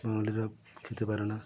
বাঙালিরা খেতে পারে না